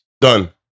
Done